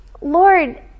Lord